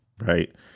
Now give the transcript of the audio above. right